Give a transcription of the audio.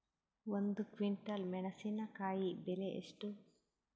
ಒಂದು ಕ್ವಿಂಟಾಲ್ ಮೆಣಸಿನಕಾಯಿ ಬೆಲೆ ಎಷ್ಟು?